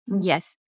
Yes